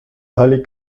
allée